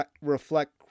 reflect